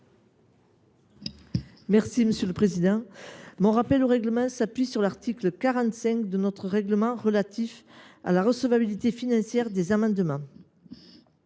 un rappel au règlement. Mon rappel au règlement est fondé sur l’article 45 de notre règlement relatif à la recevabilité financière des amendements.